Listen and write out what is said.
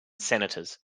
senators